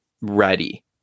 ready